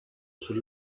sul